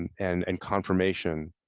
and and and confirmation.